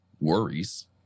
worries